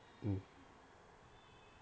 mm